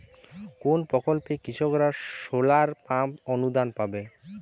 কোন প্রকল্পে কৃষকরা সোলার পাম্প অনুদান পাবে?